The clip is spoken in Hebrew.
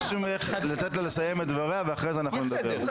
אני מבקש ממך לתת לה לסיים את דבריה ואחרי זה אנחנו נדבר.